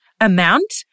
amount